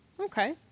okay